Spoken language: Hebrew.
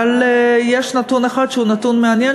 אבל יש נתון אחד שהוא נתון מעניין,